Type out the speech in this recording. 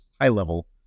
high-level